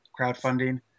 crowdfunding